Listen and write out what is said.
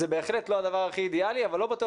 זה בהחלט לא הדבר הכי אידיאלי אבל לא בטוח